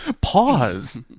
Pause